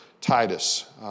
Titus